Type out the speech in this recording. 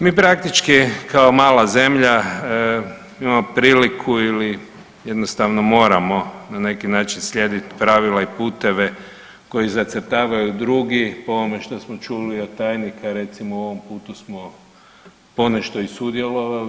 Mi praktički kao mala zemlja imamo priliku ili jednostavno moramo na neki način slijediti pravila i puteve koji zacrtavaju drugi po ovome što smo čuli od tajnika, recimo u ovom putu smo ponešto i sudjelovali.